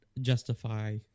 justify